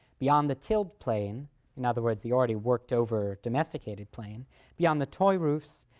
beyond the tilled plain in other words, the already worked-over, domesticated plain beyond the toy roofs,